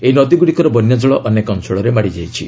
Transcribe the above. ଏହି ନଦୀଗୁଡ଼ିକର ବନ୍ୟାଜଳ ଅନେକ ଅଞ୍ଚଳରେ ମାଡ଼ିଯାଇଛି